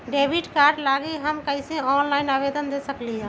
Debit card लागी हम कईसे ऑनलाइन आवेदन दे सकलि ह?